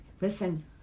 listen